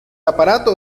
aparato